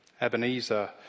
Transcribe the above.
Ebenezer